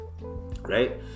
Right